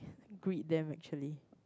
greet them actually